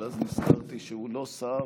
אבל אז נזכרתי שהוא לא שר,